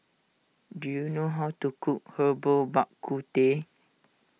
do you know how to cook Herbal Bak Ku Teh